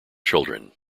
children